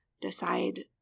decide